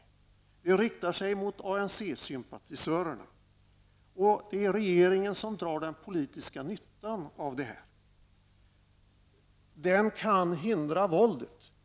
Våldet riktar sig mot ANC-sympatisörerna, och det är regeringen som drar den politiska nyttan av detta. Vem kan hindra våldet?